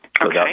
Okay